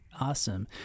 awesome